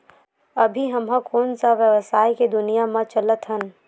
अभी हम ह कोन सा व्यवसाय के दुनिया म चलत हन?